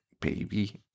baby